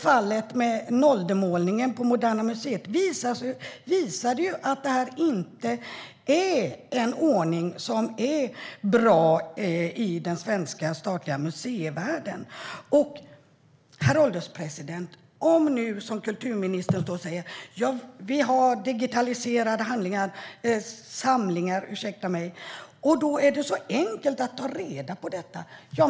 Fallet med Noldemålningen på Moderna museet nyligen visade att det inte är en bra ordning i den svenska statliga museivärlden. Herr ålderspresident! Om vi nu har digitaliserade samlingar, som kulturministern står och säger, är det så enkelt att ta reda på detta.